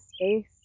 space